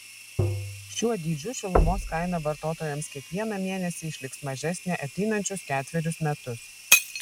šiuo dydžiu šilumos kaina vartotojams kiekvieną mėnesį išliks mažesnė ateinančius ketverius metus